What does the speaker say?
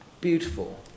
beautiful